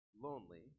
lonely